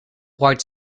white